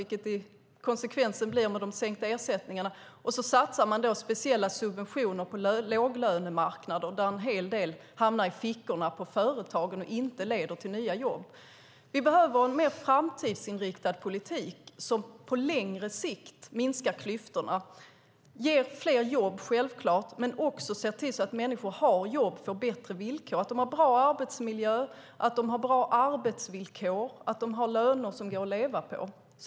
Det blir konsekvensen av de sänkta ersättningarna. Sedan satsar man speciella subventioner på låglönemarknader där en hel del hamnar i fickorna på företagen och inte leder till nya jobb. Vi behöver en mer framtidsinriktad politik som på längre sikt minskar klyftorna, självklart ger fler jobb men också ser till att människor har jobb på bättre villkor. De ska ha bra arbetsmiljö, bra arbetsvillkor och löner som går att leva på.